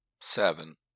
Seven